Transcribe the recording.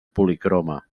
policroma